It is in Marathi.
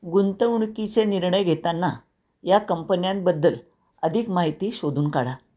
गुंतवणुकीचे निर्णय घेताना या कंपन्यांबद्दल अधिक माहिती शोधून काढा